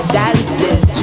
dances